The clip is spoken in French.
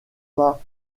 pas